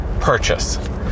purchase